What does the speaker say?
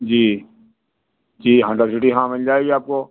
जी जी Honda City हाँ मिल जाएगी आपको